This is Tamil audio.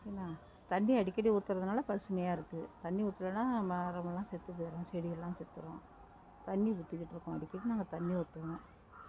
என்ன தண்ணி அடிக்கடி ஊற்றுறதுனால பசுமையாக இருக்குது தண்ணி ஊற்றலன்னா மரம்லாம் செத்து போயிடும் செடியெல்லாம் செத்துடும் தண்ணி ஊற்றிக்கிட்ருக்கோம் அடிக்கடி நாங்கள் தண்ணி ஊற்றுவோம்